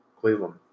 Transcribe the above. Cleveland